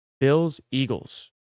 Bills-Eagles